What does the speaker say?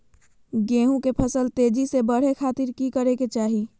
गेहूं के फसल तेजी से बढ़े खातिर की करके चाहि?